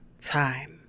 time